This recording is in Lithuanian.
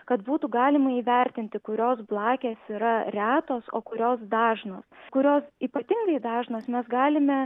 kad būtų galima įvertinti kurios blakės yra retos o kurios dažnos kurios ypatingai dažnos mes galime